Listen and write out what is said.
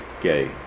gay